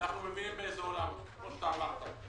אנחנו מבינים באיזה עולם אנחנו נמצאים,